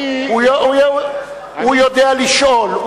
הוא יודע לשאול.